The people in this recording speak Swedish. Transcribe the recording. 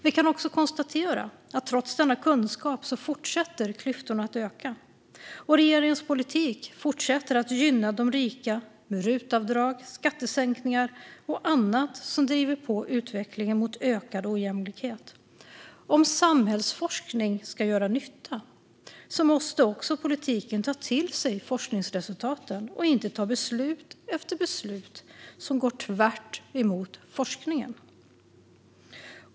Vi kan också konstatera att trots denna kunskap fortsätter klyftorna att öka och regeringens politik att gynna de rika med rutavdrag, skattesänkningar och annat som driver på utvecklingen mot ökad ojämlikhet. Om samhällsforskning ska göra nytta måste politiken också ta till sig forskningsresultaten och inte fatta beslut efter beslut som går tvärtemot forskningen.